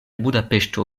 budapeŝto